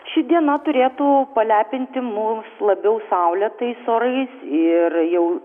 ši diena turėtų palepinti mus labiau saulėtais orais ir jau